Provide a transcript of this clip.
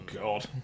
God